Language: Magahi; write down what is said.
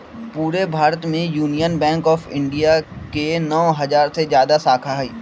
पूरे भारत में यूनियन बैंक ऑफ इंडिया के नौ हजार से जादा शाखा हई